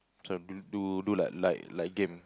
this one do do do like like game